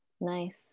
Nice